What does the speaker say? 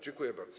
Dziękuję bardzo.